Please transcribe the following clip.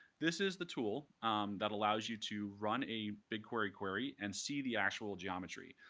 this is the tool that allows you to run a bigquery query, and see the actual geometry.